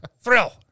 Thrill